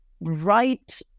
right